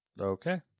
Okay